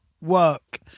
work